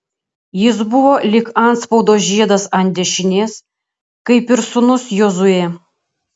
jis buvo lyg antspaudo žiedas ant dešinės kaip ir sūnus jozuė